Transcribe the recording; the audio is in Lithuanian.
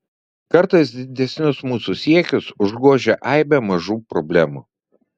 kartais didesnius mūsų siekius užgožia aibė mažų problemų